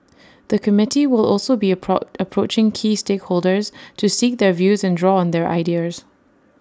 the committee will also be A pro approaching key stakeholders to seek their views and draw on their ideas